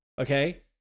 Okay